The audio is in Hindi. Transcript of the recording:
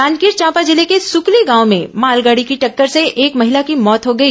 जांजगीर चांपा जिले के सुकली गांव में मालगाड़ी की टक्कर से एक महिला की मौत हो गई